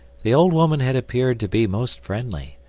the old woman had appeared to be most friendly,